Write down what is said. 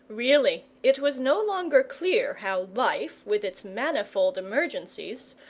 really it was no longer clear how life, with its manifold emergencies,